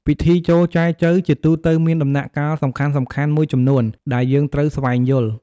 ពិធីចូលចែចូវជាទូទៅមានដំណាក់កាលសំខាន់ៗមួយចំនួន ដែលយើងត្រូវស្វែងយល់។